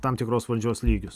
tam tikros valdžios lygius